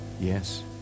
yes